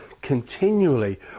continually